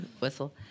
Whistle